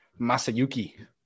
Masayuki